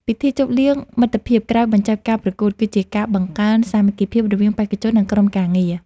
ពិធីជប់លៀងមិត្តភាពក្រោយបញ្ចប់ការប្រកួតគឺជាការបង្កើនសាមគ្គីភាពរវាងបេក្ខជន និង ក្រុមការងារ។